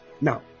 now